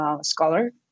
scholar